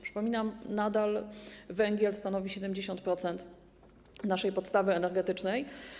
Przypominam, że węgiel nadal stanowi 70% naszej podstawy energetycznej.